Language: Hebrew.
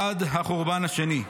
עד החורבן השני.